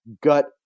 gut